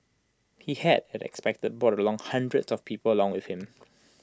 he had as expected brought along hundreds of people along with him